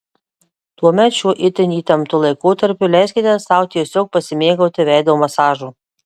tuomet šiuo itin įtemptu laikotarpiu leiskite sau tiesiog pasimėgauti veido masažu